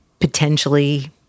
potentially